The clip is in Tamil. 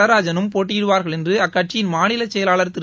நடராஜனும் போட்டியிடுவார்கள் என்று அக்கட்சியின் மாநிலச் செயலாளர் திரு